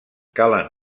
calen